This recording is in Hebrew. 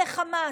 לחמאס.